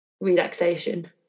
relaxation